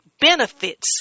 benefits